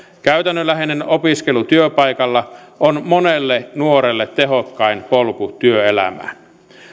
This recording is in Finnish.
käytännönläheinen opiskelu työpaikalla on monelle nuorelle tehokkain polku työelämään